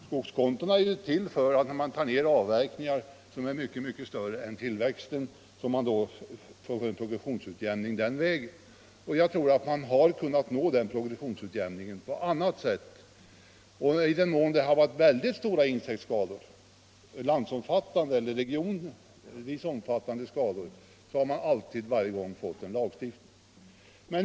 Skogskontona är till för att vid avverkningar som är mycket större än tillväxten åstadkomma en progressionsutjämning. Jag tror att man i det här aktuella fallet kunnat uppnå en progressionsutjämning på annat sätt. Varje gång det varit fråga om mycket stora insektsskador —- landsomfattande eller regionsomfattande — har vi fått en lagstiftning.